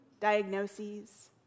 diagnoses